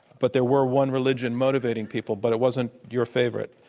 but there were one religion motivating people, but it wasn't your favorite.